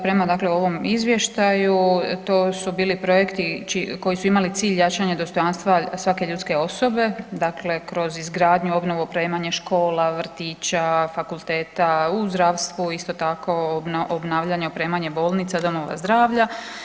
Prema ovom, dakle izvještaju to su bili projekti koji su imali cilj jačanje dostojanstva svake ljudske osobe, dakle kroz izgradnju, obnovu, opremanje škola, vrtića, fakulteta, u zdravstvu isto tako obnavljanje, opremanje bolnica, domova zdravlja.